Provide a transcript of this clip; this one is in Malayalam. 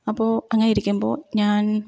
അപ്പോള് അങ്ങനെ ഇരിക്കുമ്പോള് ഞാൻ